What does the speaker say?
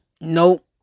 nope